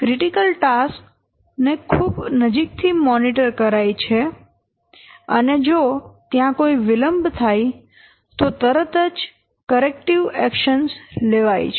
critical tasks ને ખૂબ નજીક થી મોનીટર કરાય છે અને જો ત્યાં કોઈ વિલંબ થાય તો તરત જ કરેક્ટીવ એક્શન્સ લેવાય છે